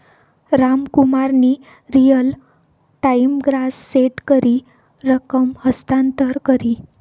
रामकुमारनी real time gross set करी रकम हस्तांतर करी